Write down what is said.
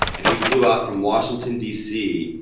and he flew out from washington d c.